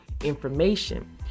information